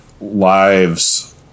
lives